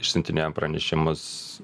išsiuntinėjom pranešimus